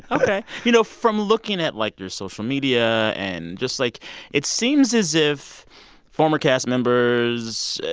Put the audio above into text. ok. you know, from looking at, like, your social media and just like it seems as if former cast members,